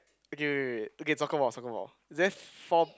okay wait wait wait okay soccer ball soccer ball is there four